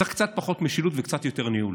צריך קצת פחות משילות וקצת יותר ניהול.